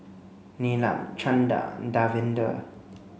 Neelam Chanda and Davinder